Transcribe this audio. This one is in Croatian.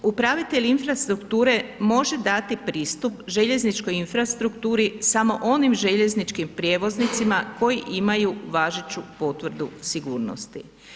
Upravitelj infrastrukture može dati pristup željezničkoj infrastrukturi samo onim željezničkim prijevoznicima koji imaju važeću potvrdu sigurnosti.